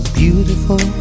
beautiful